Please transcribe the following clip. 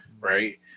right